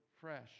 fresh